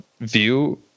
view